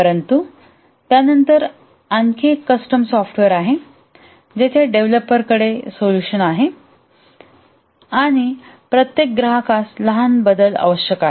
परंतु त्यानंतर आणखी एक कस्टम सॉफ्टवेअर आहे जिथे डेव्हलपरकडे सोल्युशन आहे आणि प्रत्येक ग्राहकास लहान बदल आवश्यक आहेत